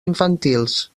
infantils